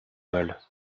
vol